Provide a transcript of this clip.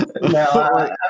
No